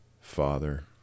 Father